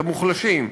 את המוחלשים.